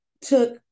took